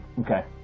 Okay